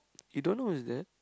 you don't know who is that